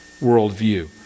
worldview